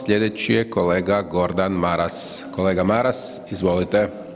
Sljedeći je kolega Gordan Maras, kolega Maras, izvolite.